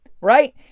Right